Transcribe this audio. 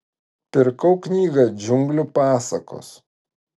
pirkau knygą džiunglių pasakos